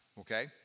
okay